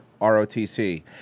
ROTC